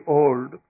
old